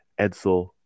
Edsel